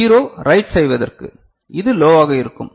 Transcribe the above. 0 write செய்வதற்கு இது லோவாக இருக்கும்